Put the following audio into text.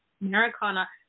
Americana